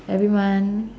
every month